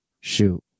shoot